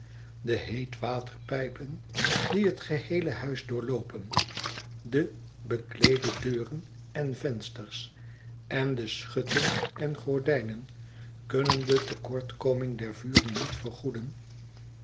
de neet waterpijpen die het geheele huis doorloopen de bekleede deuren en vensters en de schutten en gordijnen kunnen de tekortkoming der vuren niet vergoeden